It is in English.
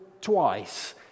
twice